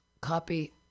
copy